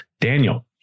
daniel